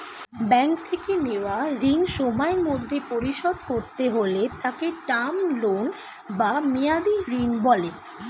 bank থেকে নেওয়া ঋণ সময়ের মধ্যে পরিশোধ করতে হলে তাকে টার্ম লোন বা মেয়াদী ঋণ বলে